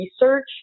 research